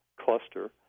cluster